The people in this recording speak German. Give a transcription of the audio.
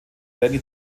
danny